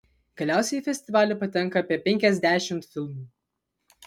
galiausiai į festivalį patenka apie penkiasdešimt filmų